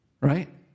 Right